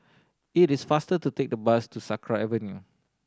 it is faster to take the bus to Sakra Avenue